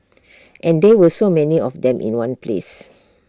and there were so many of them in one place